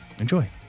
Enjoy